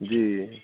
जी